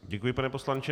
Děkuji, pane poslanče.